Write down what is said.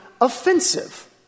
offensive